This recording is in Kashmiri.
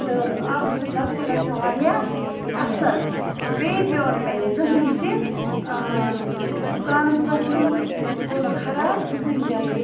تہٕ اَتھ چھُ بتہٕ تہِ گَژھان واریاہ اَصٕل بیٚیہِ پیوٚو نہٕ مےٚ یہِ زٕہٕنۍ تہِ دُکانَس پٮ۪ٹھ نیُن یہِ گوٚو نہٕ خراب زٕہٕنۍ تہِ نہٕ